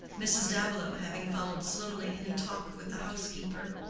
mrs. davilow having followed slowly in talk with the housekeeper.